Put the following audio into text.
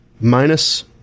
minus